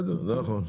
זה נכון,